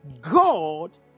God